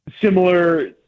similar